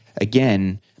again